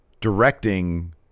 directing